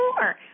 more